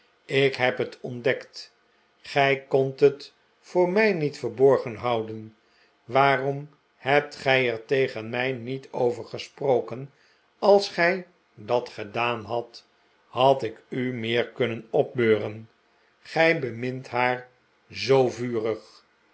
ik heb het ontdekt gij kondt het voor mij niet verborgen houden waarom hebt gij er tegen mij niet over gesproken als gij dat gedaan hadt had ik u meer kunnen opbeuren gij bemint haar zoo vurig